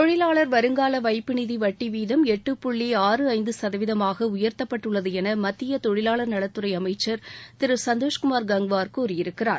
தொழிலாளர் வருங்கால வைப்பு நிதி வட்டி வீதம் எட்டு புள்ளி ஆறு ஐந்து சதவீதமாக உயர்த்தப்பட்டுள்ளது என மத்திய தொழிலாளர் நலத் துறை அமைச்சர் திரு சந்தோஷ்குமார் கங்குவார் கூறியிருக்கிறார்